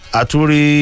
aturi